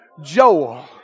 Joel